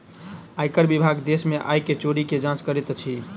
आयकर विभाग देश में आय के चोरी के जांच करैत अछि